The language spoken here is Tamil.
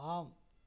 ஆம்